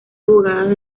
abogada